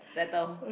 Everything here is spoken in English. settle